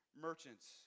merchants